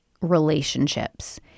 relationships